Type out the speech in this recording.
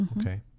Okay